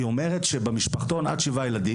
היא אומרת שבמשפחתון עד שבעה ילדים,